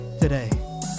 today